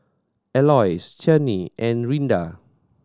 Aloys Chanie and Rinda